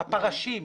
הפרשים,